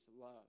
love